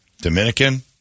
Dominican